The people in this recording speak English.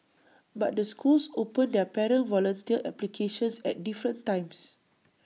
but the schools open their parent volunteer applications at different times